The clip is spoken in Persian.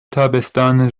تابستان